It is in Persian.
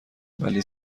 ولی